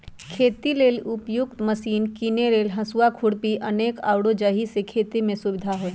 खेती लेल उपयुक्त मशिने कीने लेल हसुआ, खुरपी अनेक आउरो जाहि से खेति में सुविधा होय